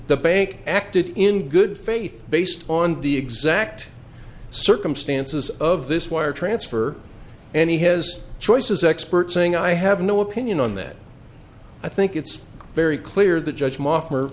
the bank acted in good faith based on the exact circumstances of this wire transfer and he has choices experts saying i have no opinion on that i think it's very clear the judge